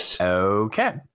Okay